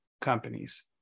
companies